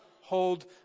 hold